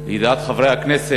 לידיעת חברי הכנסת,